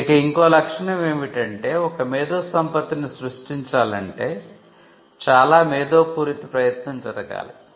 ఇక ఇంకో లక్షణం ఏమిటంటే ఒక మేధోసంపత్తిని సృష్టించాలంటే చాలా మేధోపూరిత ప్రయత్నం జరగాలి